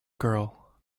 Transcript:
girl